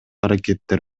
аракеттер